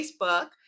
Facebook